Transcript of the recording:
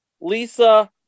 Lisa